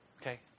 Okay